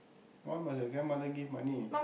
why must the grandmother give money